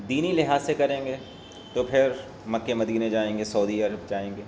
دینی لحاظ سے کریں گے تو پھر مکے مدینے جائیں گے سعودی عرب جائیں گے